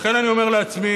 לכן אני אומר לעצמי: